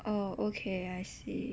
oh okay I see